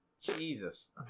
Jesus